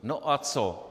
No a co?